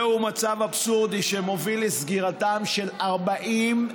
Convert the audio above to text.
זהו מצב אבסורדי, שמוביל לסגירתם של 40,000,